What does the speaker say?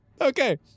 Okay